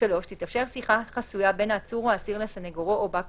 (3)תתאפשר שיחה חסויה בין העצור או האסיר לסנגורו או בא כוחו,